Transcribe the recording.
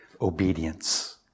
Obedience